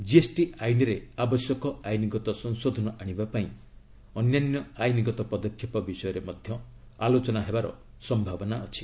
GST ଆଇନ୍ରେ ଆବଶ୍ୟକ ଆଇନ୍ଗତ ସଂଶୋଧନ ଆଶିବା ପାଇଁ ଅନ୍ୟାନ୍ୟ ଆଇନ୍ଗତ ପଦକ୍ଷେପ ବିଷୟରେ ମଧ୍ୟ ଆଲୋଚନା ହେବାର ସମ୍ଭାବନା ଅଛି